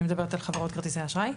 אני מדברת על חברות כרטיסי האשראי.